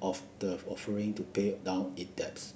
of the offering to pay down it debts